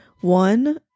one